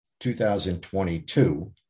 2022